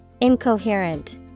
Incoherent